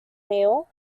meal